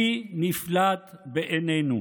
היא נפלאת בעינינו.